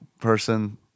person